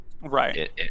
Right